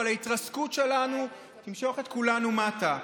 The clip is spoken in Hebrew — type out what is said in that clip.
אבל ההתרסקות שלנו תמשוך את כולנו מטה.